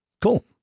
Cool